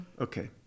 Okay